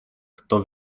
kto